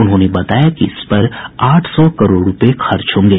उन्होंने बताया कि इस पर आठ सौ करोड़ रूपये खर्च होंगे